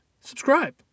subscribe